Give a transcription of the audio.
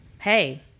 Hey